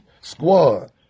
Squad